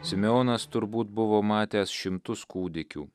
simeonas turbūt buvo matęs šimtus kūdikių